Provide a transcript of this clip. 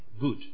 good